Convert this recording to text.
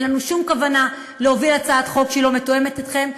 אין לנו שום כוונה להוביל הצעת חוק שהיא לא מתואמת אתכם.